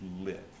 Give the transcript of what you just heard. live